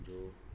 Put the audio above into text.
मुंहिजो